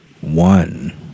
One